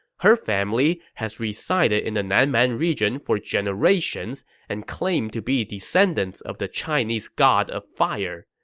her family has resided in the nan man region for generations and claimed to be descendants of the chinese god of fire.